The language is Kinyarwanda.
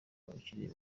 abakiriya